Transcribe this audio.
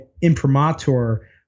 imprimatur